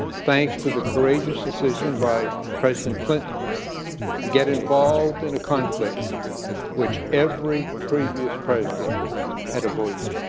thanks to the courageous decision by president clinton to get involved in a conflict which every previous president had avoided,